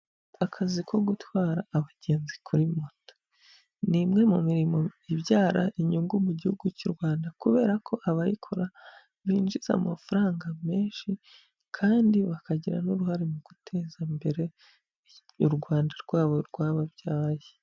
Akazi ko gutwara abagenzi kuri moto, ni imwe mu mirimo ibyara inyungu mu gihugu cy'u Rwanda kubera ko abayikora binjiza amafaranga menshi kandi bakagira n'uruhare mu guteza imbere u Rwanda rwabo rwababyaye.